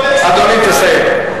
אדוני, תסיים.